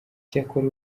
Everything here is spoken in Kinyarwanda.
icyakora